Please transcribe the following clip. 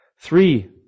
Three